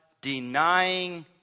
denying